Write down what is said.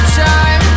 time